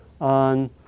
on